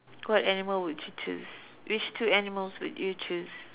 what animal would you choose which two animals would you choose